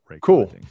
Cool